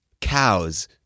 cows